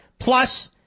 Plus